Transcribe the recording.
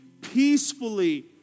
peacefully